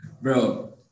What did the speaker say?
Bro